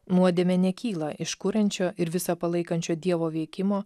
nuodėmė nekyla iš kuriančio ir visa palaikančio dievo veikimo